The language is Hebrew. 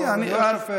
אני שואל אותך שאלות.